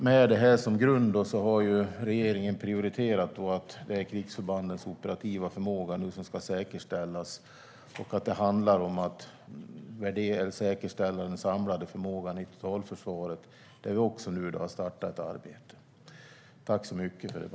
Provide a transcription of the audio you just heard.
Med det här som grund har regeringen prioriterat att det är krigsförbandens operativa förmåga som ska säkerställas och att det handlar om att säkerställa den samlade förmågan i totalförsvaret där vi nu har startat ett arbete. Tack för debatten!